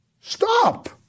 Stop